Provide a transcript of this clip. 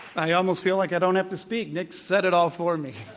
i almost feel like i don't have to speak. nick said it all for me.